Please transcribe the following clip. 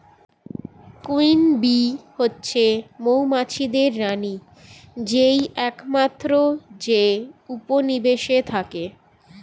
queen bee হচ্ছে মৌমাছিদের রানী যেই একমাত্র যে উপনিবেশে থাকে